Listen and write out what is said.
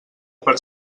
per